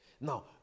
Now